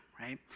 right